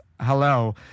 hello